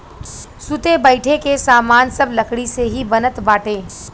सुते बईठे के सामान सब लकड़ी से ही बनत बाटे